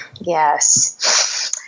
Yes